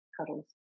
cuddles